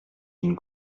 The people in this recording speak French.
une